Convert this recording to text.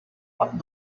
what